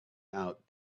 out